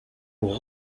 pour